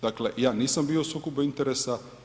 Dakle, ja nisam bio u sukobu interesa.